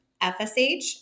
FSH